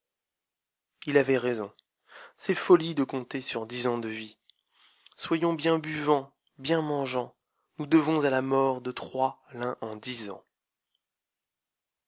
il avait raison c'est folie décompter sur dix ans de vie soyons bien buvants bien mangeants i nous devons à la mort de trois l'un en dix ans